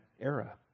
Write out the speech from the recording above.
era